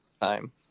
Time